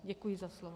Děkuji za slovo.